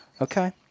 Okay